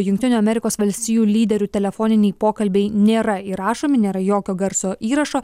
jungtinių amerikos valstijų lyderių telefoniniai pokalbiai nėra įrašomi nėra jokio garso įrašo